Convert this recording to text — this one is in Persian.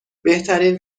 بهترین